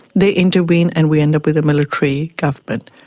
they intervene and we end up with a military government.